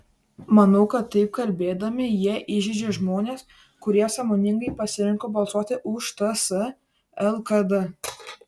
manau kad taip kalbėdami jie įžeidžia žmones kurie sąmoningai pasirinko balsuoti už ts lkd